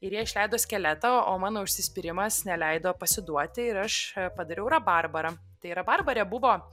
ir jie išleido skeletą o mano užsispyrimas neleido pasiduoti ir aš padariau rabarbarą tai rabarbare buvo